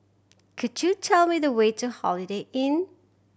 could you tell me the way to Holiday Inn